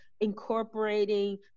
incorporating